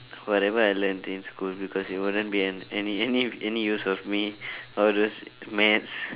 whatever I learnt in school because it wouldn't be an~ any any of any use of me all those maths